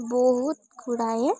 ବହୁତ ଗୁଡ଼ାଏ